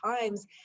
times